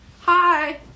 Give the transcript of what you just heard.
Hi